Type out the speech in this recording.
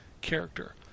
character